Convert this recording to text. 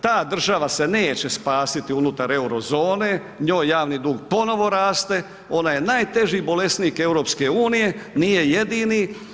Ta država se neće spasiti unutar euro zone, njoj javni dug ponovo raste, ona je najteži bolesnik EU, nije jedini.